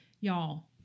Y'all